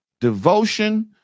devotion